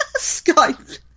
skype